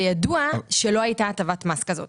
וידוע שלא הייתה הטבת מס כזאת,